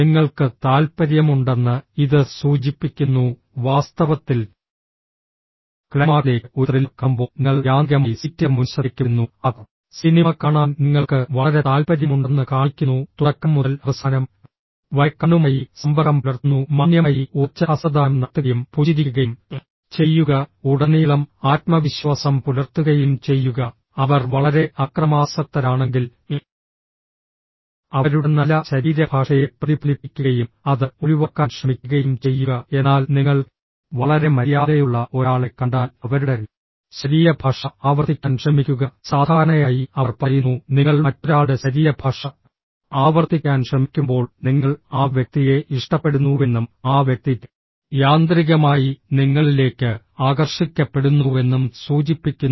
നിങ്ങൾക്ക് താൽപ്പര്യമുണ്ടെന്ന് ഇത് സൂചിപ്പിക്കുന്നു വാസ്തവത്തിൽ ക്ലൈമാക്സിലേക്ക് ഒരു ത്രില്ലർ കാണുമ്പോൾ നിങ്ങൾ യാന്ത്രികമായി സീറ്റിന്റെ മുൻവശത്തേക്ക് വരുന്നു ആ സിനിമ കാണാൻ നിങ്ങൾക്ക് വളരെ താൽപ്പര്യമുണ്ടെന്ന് കാണിക്കുന്നു തുടക്കം മുതൽ അവസാനം വരെ കണ്ണുമായി സമ്പർക്കം പുലർത്തുന്നു മാന്യമായി ഉറച്ച ഹസ്തദാനം നടത്തുകയും പുഞ്ചിരിക്കുകയും ചെയ്യുക ഉടനീളം ആത്മവിശ്വാസം പുലർത്തുകയും ചെയ്യുക അവർ വളരെ അക്രമാസക്തരാണെങ്കിൽ അവരുടെ നല്ല ശരീരഭാഷയെ പ്രതിഫലിപ്പിക്കുകയും അത് ഒഴിവാക്കാൻ ശ്രമിക്കുകയും ചെയ്യുക എന്നാൽ നിങ്ങൾ വളരെ മര്യാദയുള്ള ഒരാളെ കണ്ടാൽ അവരുടെ ശരീരഭാഷ ആവർത്തിക്കാൻ ശ്രമിക്കുക സാധാരണയായി അവർ പറയുന്നു നിങ്ങൾ മറ്റൊരാളുടെ ശരീരഭാഷ ആവർത്തിക്കാൻ ശ്രമിക്കുമ്പോൾ നിങ്ങൾ ആ വ്യക്തിയെ ഇഷ്ടപ്പെടുന്നുവെന്നും ആ വ്യക്തി യാന്ത്രികമായി നിങ്ങളിലേക്ക് ആകർഷിക്കപ്പെടുന്നുവെന്നും സൂചിപ്പിക്കുന്നു